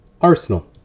Arsenal